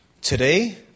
Today